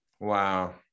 Wow